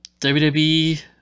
WWE